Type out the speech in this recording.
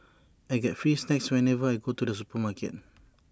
I get free snacks whenever I go to the supermarket